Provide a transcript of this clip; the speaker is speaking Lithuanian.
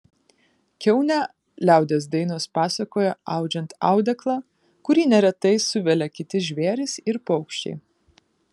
kiaunę liaudies dainos pasakoja audžiant audeklą kurį neretai suvelia kiti žvėrys ir paukščiai